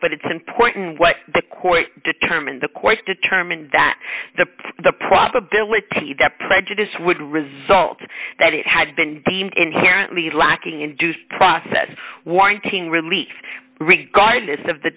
but it's important what the court determined the course determined that the the probability that prejudice would result that it had been deemed inherently lacking induced process warranting relief regardless of the